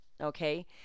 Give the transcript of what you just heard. okay